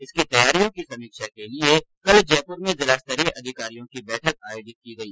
इसकी तैयारियों की समीक्षा के लिये कल जयपुर में जिला स्तरीय अधिकारियों की बैठक आयोजित हुई